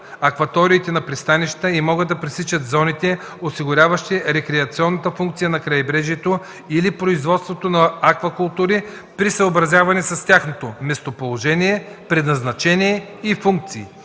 акваториите на пристанищата и могат да пресичат зоните, осигуряващи рекреационната функция на крайбрежието или производството на аквакултури, при съобразяване с тяхното местоположение, предназначение и функции.